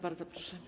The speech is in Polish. Bardzo proszę.